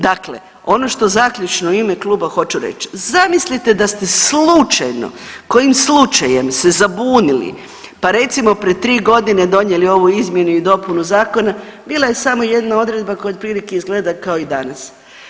Dakle, ono što zaključno u ime kluba hoću reći, zamislite da ste slučajno, kojim slučajem se zabunili pa recimo, pred 3 godine donijeli ovu izmjenu i dopunu zakona, bila je samo jedna odredba koja otprilike izgleda kao i danas.